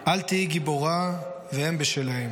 // 'אל תהיי גיבורה' // והם, בשלהם".